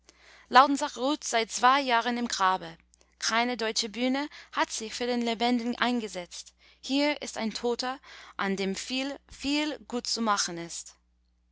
lautensack ruht seit zwei jahren im grabe keine deutsche bühne hat sich für den lebenden eingesetzt hier ist ein toter an dem viel viel gutzumachen ist